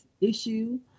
issue